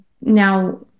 Now